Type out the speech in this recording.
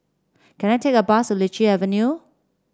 can I take a bus Lichi Avenue